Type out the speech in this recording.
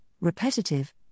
repetitive